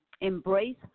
Embrace